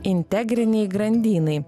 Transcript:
integriniai grandynai